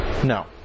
No